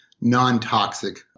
non-toxic